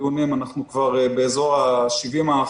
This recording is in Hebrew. המשפט אנחנו כבר באזור ה-70%,